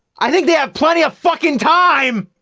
i think they have plenty of fucking time!